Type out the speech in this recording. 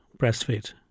breastfeed